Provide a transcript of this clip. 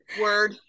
Word